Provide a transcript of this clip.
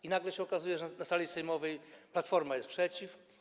I nagle się okazuje, że na sali sejmowej Platforma jest przeciw.